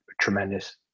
tremendous